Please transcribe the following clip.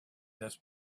this